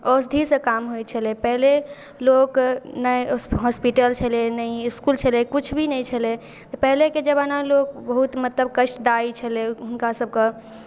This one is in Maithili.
औषधिसँ काम होइ छलै पहिले लोक नहि हॉस्पिटल छलै नहि इस्कुल छलै किछु भी नहि छलै पहिलेके जमानामे लोक बहुत मतलब कष्टदायी छलै हुनकासभके